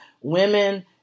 women